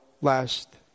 last